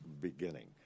beginning